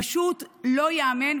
פשוט לא ייאמן.